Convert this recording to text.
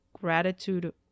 Gratitude